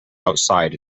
outside